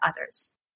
others